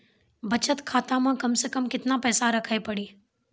बचत खाता मे कम से कम केतना पैसा रखे पड़ी?